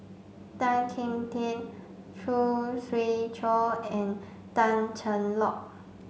Tan Kim Tian Khoo Swee Chiow and Tan Cheng Lock